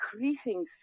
increasing